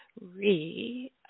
re